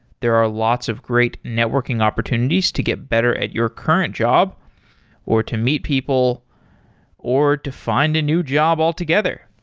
there are lots of great networking opportunities to get better at your current job or to meet people or to find a new job altogether.